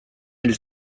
hil